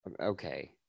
Okay